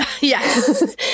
yes